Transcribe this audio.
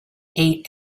ate